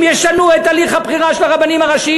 אם ישנו את הליך הבחירה של הרבנים הראשיים,